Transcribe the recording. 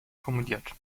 formuliert